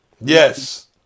yes